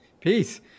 peace